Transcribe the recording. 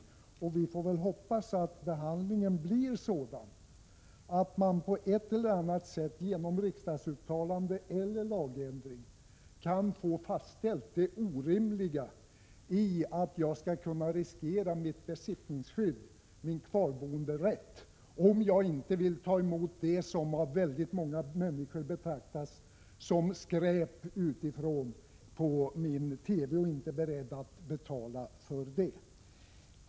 Vi får hoppas att — 12februari 1987 behandlingen blir sådan att man på ett eller annat sätt, genom riksdagsuttalande eller genom lagändring, kan få fastställt det orimliga i att jag kan riskera mitt besittningsskydd — min kvarboenderätt —, om jag inte vill ta emot på min TV och betala för det som många människor betraktar som skräp utifrån.